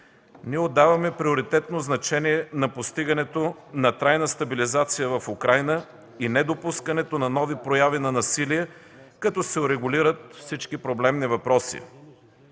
Ние отдаваме приоритетно значение на постигането на трайна стабилизация в Украйна и недопускането на нови прояви на насилие, като се урегулират всички проблемни въпроси.